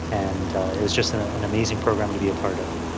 and it was just an ah an amazing program to be a part of.